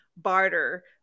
barter